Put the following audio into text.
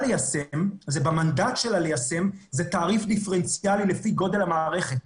ליישם זה תעריף דיפרנציאלי לפי גודל המערכת.